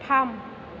थाम